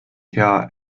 hea